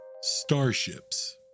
Starships